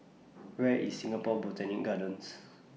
Where IS Singapore Botanic Gardens